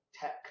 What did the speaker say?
tech